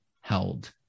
held